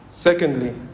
Secondly